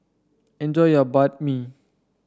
enjoy your Banh Mi